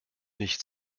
nicht